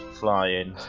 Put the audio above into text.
flying